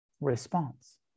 response